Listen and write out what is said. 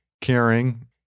caring